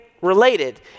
related